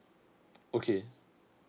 okay